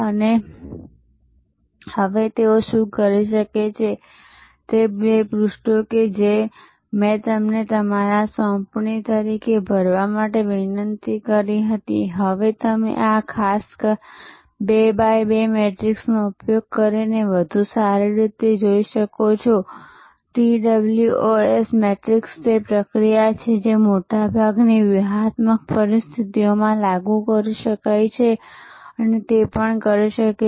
અને હવે તેઓ શું કરી શકે છે કે તે બે પૃષ્ઠો કે જે મેં તમને તમારા સોંપણી તરીકે ભરવા માટે વિનંતી કરી હતી તે હવે તમે આ ખાસ 2 બાય 2 મેટ્રિક્સનો ઉપયોગ કરીને વધુ સારી રીતે કરી શકો છો TOWS મેટ્રિક્સ તે પ્રક્રિયા છે જે મોટાભાગની વ્યૂહાત્મક પરિસ્થિતિઓમાં લાગુ કરી શકાય છે અને તે પણ કરી શકે છે